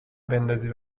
بندازی